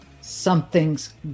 something's